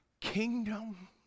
kingdom